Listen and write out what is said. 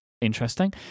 Interesting